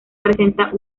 presenta